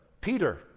Peter